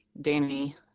Danny